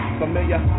familiar